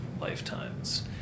lifetimes